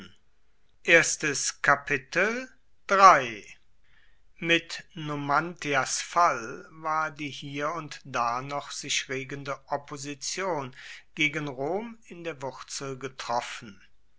mit numantias fall war die hier und da noch sich regende opposition gegen rom in der wurzel getroffen